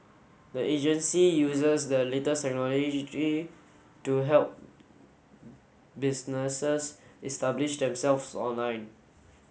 the agency uses the latest to help businesses establish themselves online